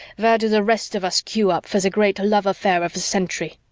where do the rest of us queue up for the great love affair of the century?